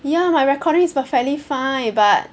ya my recording is perfectly fine but